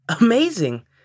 Amazing